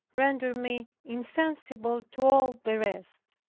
rendered me insensible to all the rest.